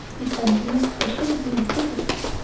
if i knew, i shouldn't be inquisitive.